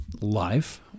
life